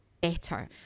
better